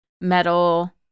metal